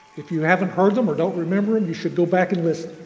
if you haven't heard them or don't remember, um you should go back and listen.